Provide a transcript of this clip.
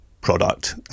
product